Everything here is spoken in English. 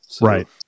Right